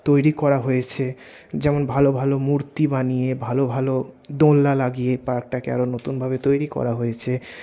তৈরি করা হয়েছে যেমন ভালো ভালো মূর্তি বানিয়ে ভালো ভালো দোলনা লাগিয়ে পার্কটাকে আরও নতুনভাবে তৈরি করা হয়েছে